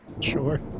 Sure